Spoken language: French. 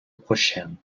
prochain